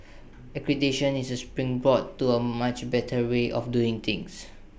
accreditation is A springboard to A much better way of doing things